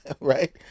Right